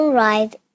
ride